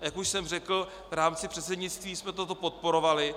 Jak už jsem řekl, v rámci předsednictví jsme toto podporovali.